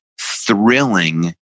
thrilling